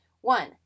One